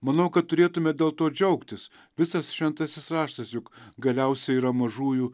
manau kad turėtume dėl to džiaugtis visas šventasis raštas juk galiausiai yra mažųjų